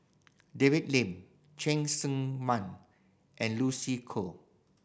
David Lim Cheng Tsang Man and Lucy Koh